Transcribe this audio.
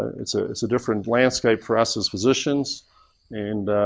it's ah it's a different landscape for us as physicians and